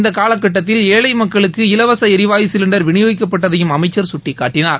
இந்த காலக்கட்டத்தில் ஏஎழ மக்களுக்கு இலவச எரிவாயு சிலிண்டர் விளியோகிக்கப்பட்டதையும் அமைச்சர் சுட்டிக்காட்டினார்